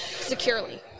securely